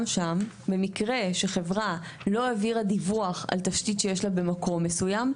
במקרה שחברה לא העבירה דיווח על תשתית שיש לה במקום מסוים,